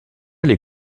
les